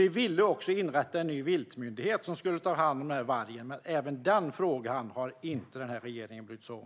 Vi ville också inrätta en ny viltmyndighet som skulle ta hand om vargfrågan, men inte heller denna fråga har regeringen brytt sig om.